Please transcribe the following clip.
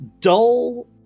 dull